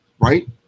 right